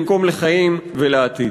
במקום לחיים ולעתיד.